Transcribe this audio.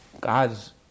God's